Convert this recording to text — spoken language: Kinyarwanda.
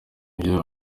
ivyo